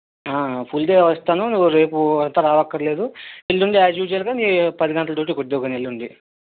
full day వస్తాను నువ్వు రేపు అంతా రావక్కరలేదు ఎల్లుండి యాజ్యుజ్వల్గా మీ పది గంటల డ్యూటికి వద్దువు గానీ ఎల్లుండి